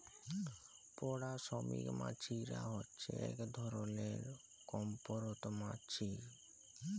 পাড়া শ্রমিক মমাছি হছে ইক ধরলের কম্মরত মমাছি